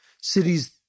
cities